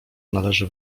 należy